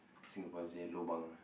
Singaporeans say lobang ah